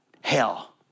hell